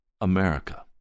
America